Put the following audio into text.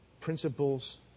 principles